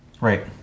Right